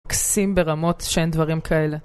מקסים ברמות שאין דברים כאלה